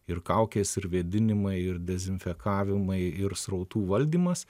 ir kaukės ir vėdinimai ir dezinfekavimai ir srautų valdymas